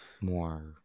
more